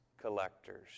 collectors